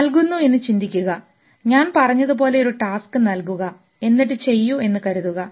നൽകുന്നു എന്ന് ചിന്തിക്കുക ഞാൻ പറഞ്ഞതുപോലെ ഒരു ടാസ്ക് നൽകുക എന്നിട്ട് ചെയ്യൂ എന്ന് കരുതുക